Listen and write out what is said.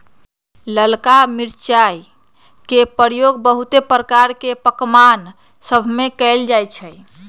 ललका मिरचाई के प्रयोग बहुते प्रकार के पकमान सभमें कएल जाइ छइ